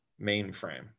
mainframe